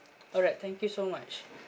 alright thank you so much